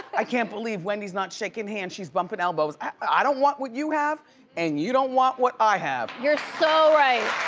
i can't believe wendy' not shaking hands. she's bumping elbows. i don't want what you have and you don't want what i have. you're so right.